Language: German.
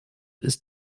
ist